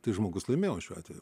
tai žmogus laimėjo šiuo atveju